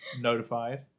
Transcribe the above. notified